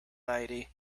lady